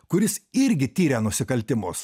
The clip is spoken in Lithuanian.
kuris irgi tiria nusikaltimus